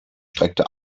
streckte